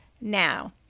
now